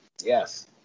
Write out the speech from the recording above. Yes